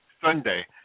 Sunday